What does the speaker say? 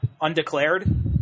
Undeclared